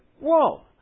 whoa